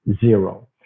Zero